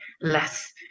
less